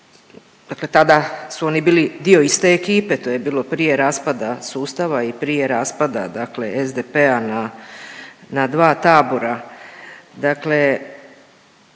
dakle tada su oni bili dio iste ekipe, to je bilo raspada sustava i prije raspada dakle SDP-a na dva tabora, dakle